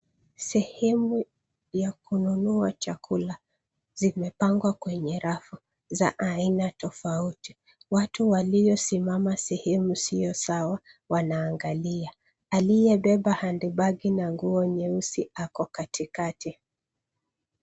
Sehemu ya kununua chakula zimepangwa kwenye rafu za aina tofauti. Watu waliosimama sehemu sio sawa wanaangalia. Aliyebeba handibagi na nguo nyeusi ako katikati.